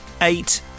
eight